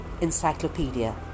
Encyclopedia